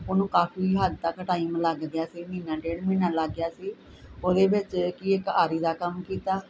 ਉਹਨੂੰ ਕਾਫੀ ਹੱਦ ਤੱਕ ਟਾਈਮ ਲੱਗ ਗਿਆ ਸੀ ਮਹੀਨਾ ਡੇਢ ਮਹੀਨਾ ਲੱਗ ਗਿਆ ਸੀ ਉਹਦੇ ਵਿੱਚ ਕਿ ਇੱਕ ਆਰੀ ਦਾ ਕੰਮ ਕੀਤਾ